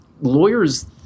Lawyers –